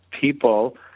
people